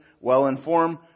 well-informed